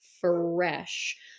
fresh